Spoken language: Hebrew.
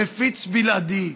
מפיץ בלעדי,